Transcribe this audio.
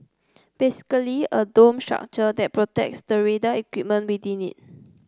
basically a dome structure that protects the radar equipment within it